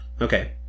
Okay